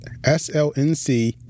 slnc